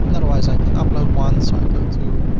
and otherwise, i can upload one. so i go to